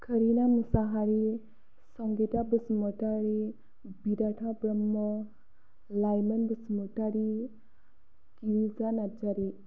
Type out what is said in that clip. कालिराम मुसाहारी संगिता बसुमतारी बिदाथा ब्रह्म लाइमोन बसुमतारी गिनुका नार्जारी